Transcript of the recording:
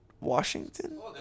Washington